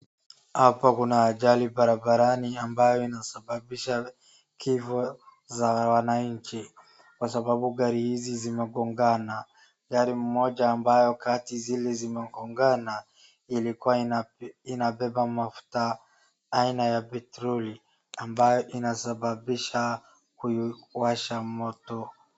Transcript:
Hapa kuna ajali barabarani ambayo inasababisha kifo za wananchi kwa sababu gari hizi zimegongana. Gari mmoja ambayo kati zile zimegongana ilikuwa inabeba mafuta aina ya petroli ambayo inasababisha huyu kuwasha moto.